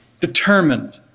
determined